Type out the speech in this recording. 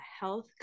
health